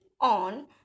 on